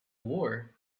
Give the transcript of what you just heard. war